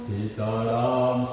Sitaram